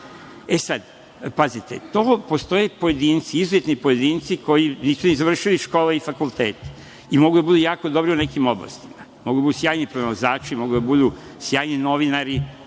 Sada, pazite, postoje izuzetni pojedinci koji nisu ni završili škole i fakultete i mogu da budu jako dobri u nekim oblastima. Mogu da budu sjajni pronalazači, mogu da budu sjajni novinari,